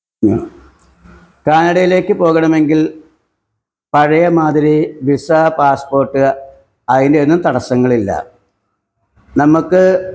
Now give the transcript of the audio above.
കാനഡയിലേക്ക് പോകണമെങ്കിൽ പഴയ മാതിരി വിസ പാസ്പോർട്ട് അതിൻ്റെയൊന്നും തടസങ്ങളില്ല നമുക്ക്